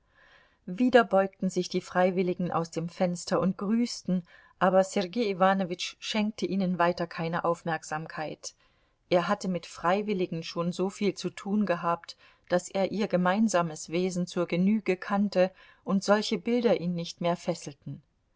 wieder beugten sich die freiwilligen aus dem fenster und grüßten aber sergei iwanowitsch schenkte ihnen weiter keine aufmerksamkeit er hatte mit freiwilligen schon so viel zu tun gehabt daß er ihr gemeinsames wesen zur genüge kannte und solche bilder ihn nicht mehr fesselten